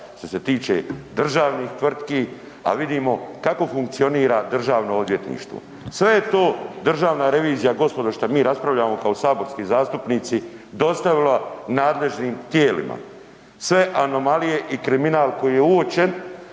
što se tiče državnih tvrtki, a vidimo kako funkcionira DORH. Sve je to Državna revizija gospodo što mi raspravljamo kao saborski zastupnici dostavila nadležnim tijelima, sve anomalije i kriminal koji je uočen